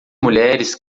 mulheres